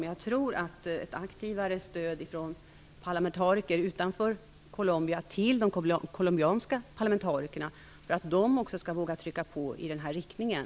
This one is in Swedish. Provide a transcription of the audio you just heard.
Men jag tror att det vore välkommet med ett aktivare stöd från parlamentariker utanför Colombia till de colombianska parlamentarikerna för att dessa skall våga trycka på i den riktningen.